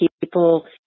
people